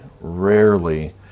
rarely